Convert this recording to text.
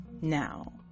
Now